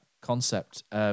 concept